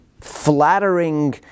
flattering